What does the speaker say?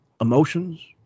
emotions